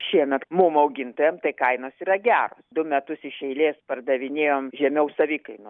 šiemet mum augintojam tai kainos yra geros du metus iš eilės pardavinėjome žemiau savikainos